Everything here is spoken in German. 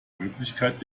möglichkeit